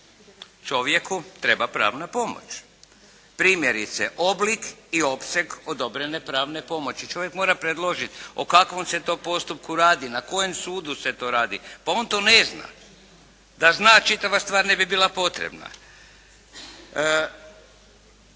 čovjeku treba pravna pomoć. Primjerice oblik i opseg odobrene pravne pomoći. Čovjek mora predložiti o kakvom se to postupku radi, na kojem sudu se to radi, pa on to ne zna. Da zna, čitava stvar ne bi bila potrebna.